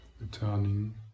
Returning